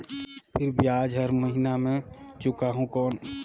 फिर ब्याज हर महीना मे चुकाहू कौन?